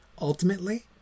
ultimately